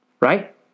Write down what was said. Right